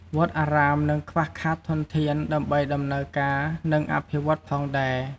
វត្តអារាមនឹងខ្វះខាតធនធានដើម្បីដំណើរការ និងអភិវឌ្ឍន៍ផងដែរ។